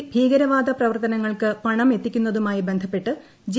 കശ്മീരിൽ ഭീകരവാദ പ്രവർത്തനങ്ങൾക്ക് പണം എത്തിക്കുന്നതുമായി ബന്ധപ്പെട്ട് ജെ